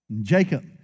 Jacob